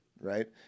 right